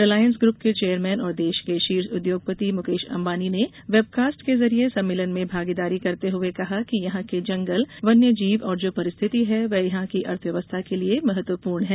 Reliance group के chairman और देश के शीर्ष उद्योगपति मुकेश अंबानी ने वेबकास्ट के जरिए सम्मेलन में भागीदारी करते हुए कहा कि यहाँ के जंगल वन्य जीव और जो परिस्थिति है वह यहाँ की अर्थ व्यवस्था के लिए महत्वपूर्ण है